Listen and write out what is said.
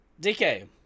dk